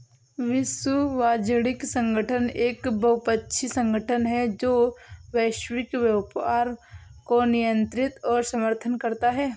विश्व वाणिज्य संगठन एक बहुपक्षीय संगठन है जो वैश्विक व्यापार को नियंत्रित और समर्थन करता है